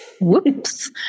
Whoops